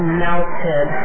melted